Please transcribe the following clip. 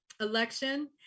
election